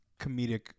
comedic